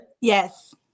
Yes